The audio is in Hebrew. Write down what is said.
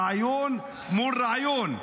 רעיון מול רעיון.